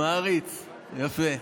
יפה.